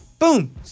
boom